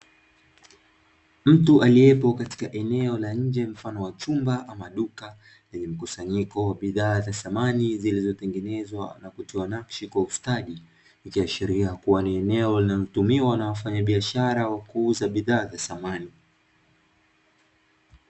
Mtu aliyepo katika eneo la nje mfano wa chumba ama duka, lenye mkusanyiko wa bidhaa za samani zilizotengenezwa na kutiwa nakshi kwa ustadi. Ikiashiria kuwa ni eneo linalotumiwa na wafanyabiashara wa kuuza bidhaa za samani.